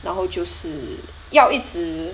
然后就是要一直